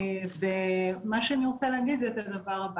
שלום.